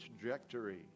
trajectory